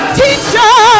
teacher